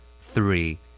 Three